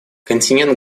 континент